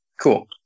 cool